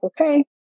Okay